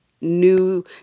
new